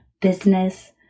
business